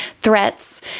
threats